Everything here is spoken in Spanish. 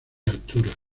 altura